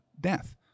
death